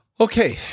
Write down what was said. Okay